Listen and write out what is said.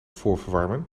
voorverwarmen